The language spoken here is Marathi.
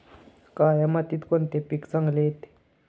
काळ्या मातीत कोणते पीक चांगले येते?